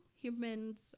humans